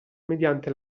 mediante